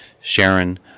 Sharon